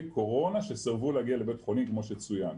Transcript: קורונה שסירבו להגיע לבית חולים כמו שצוין.